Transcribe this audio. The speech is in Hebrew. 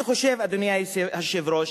אני חושב, אדוני היושב-ראש,